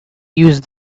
use